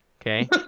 okay